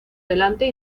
delante